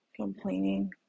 complaining